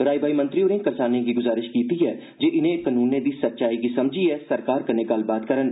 राई बाई मंत्री होरें करसानें गी गुजारिश किती जे इनें कनूनें दी सच्चाई गी समझीयै सरकार कन्नै गल्लबात करन